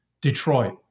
Detroit